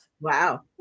Wow